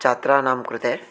छात्राणां कृते